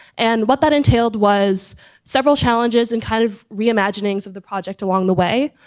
and what that entailed was several challenges and kind of reimaginings of the project along the way.